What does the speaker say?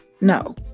No